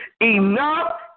Enough